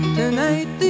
tonight